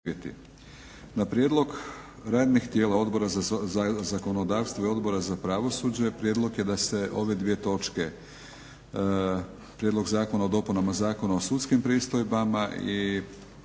Na prijedlog radnih tijela Odbora za zakonodavstvo i Odbora za pravosuđe prijedlog je da se ove dvije točke prijedlog Zakona o dopunama Zakona o sudskim pristojbama i